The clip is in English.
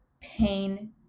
pain